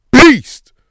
beast